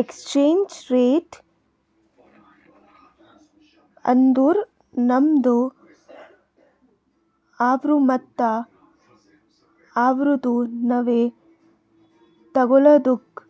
exchange rate ಅಂದುರ್ ನಮ್ದು ಅವ್ರು ಮತ್ತ ಅವ್ರುದು ನಾವ್ ತಗೊಳದುಕ್